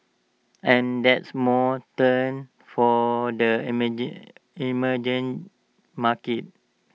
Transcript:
and that's more for the emerging emerging markets